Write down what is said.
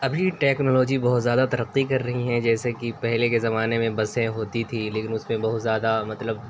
ابھی ٹیکنالوجی بہت زیادہ ترقی کر رہی ہیں جیسے کہ پہلے کے زمانے میں بسیں ہوتی تھیں لیکن اس میں بہت زیادہ مطلب